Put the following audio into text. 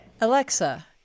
Alexa